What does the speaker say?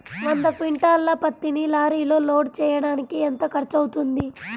వంద క్వింటాళ్ల పత్తిని లారీలో లోడ్ చేయడానికి ఎంత ఖర్చవుతుంది?